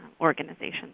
organizations